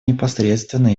непосредственно